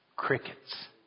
Crickets